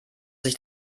sich